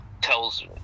tells